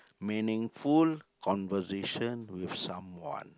meaningful conversation with someone